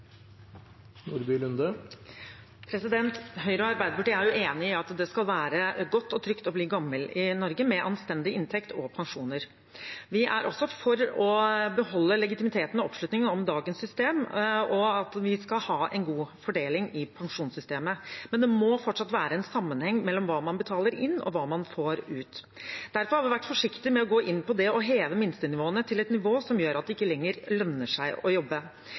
trygt å bli gammel i Norge, med anstendig inntekt og pensjoner. Vi er også for å beholde legitimiteten og oppslutningen om dagens system, og at vi skal ha en god fordeling i pensjonssystemet. Men det må fortsatt være en sammenheng mellom hva man betaler inn, og hva man får ut. Derfor har vi vært forsiktige med å gå inn på det å heve minstenivået til et nivå som gjør at det ikke lenger lønner seg å jobbe.